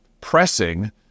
pressing